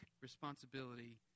responsibility